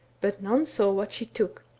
but none saw what she took,